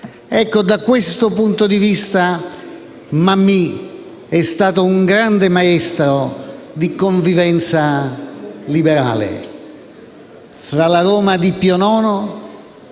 Da questo punto di vista, Mammì è stato un grande maestro di convivenza liberale,